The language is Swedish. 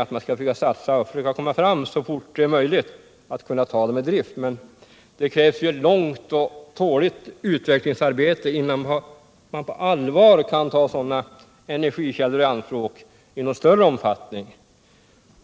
att man skall försöka satsa på att så fort som möjligt kunna ta sådana i drift, men det krävs ett långt och tålmodigt utvecklingsarbete innan man på allvar kan ta nya energikällor i anspråk i någon större omfattning.